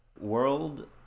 World